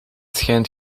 schijnt